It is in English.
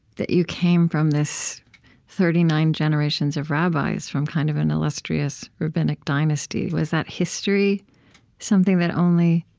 that you came from this thirty nine generations of rabbis from kind of an illustrious rabbinic dynasty? was that history something that only